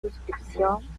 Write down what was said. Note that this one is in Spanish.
suscripción